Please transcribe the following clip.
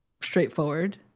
straightforward